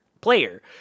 player